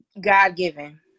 god-given